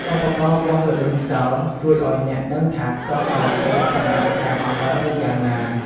ឧបករណ៍វាស់ល្បឿនខ្យល់ ជួយឱ្យអ្នកដឹងថាខ្យល់ខ្លាំងពេកសម្រាប់ការហោះហើរឬយ៉ាងណា។